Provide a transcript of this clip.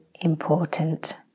important